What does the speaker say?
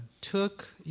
took